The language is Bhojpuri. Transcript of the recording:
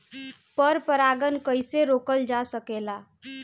पर परागन कइसे रोकल जा सकेला?